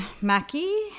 Mackie